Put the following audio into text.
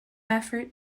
effort